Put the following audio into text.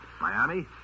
Miami